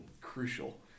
crucial